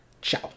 Ciao